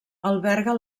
alberga